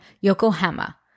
Yokohama